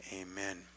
Amen